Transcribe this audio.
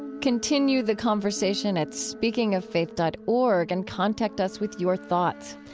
continue the conversation at speakingoffaith dot org and contact us with your thoughts.